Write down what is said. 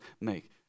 make